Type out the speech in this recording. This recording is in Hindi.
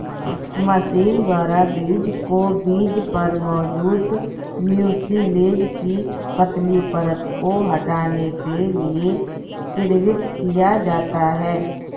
मशीन द्वारा बीज को बीज पर मौजूद म्यूसिलेज की पतली परत को हटाने के लिए किण्वित किया जाता है